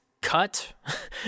Cut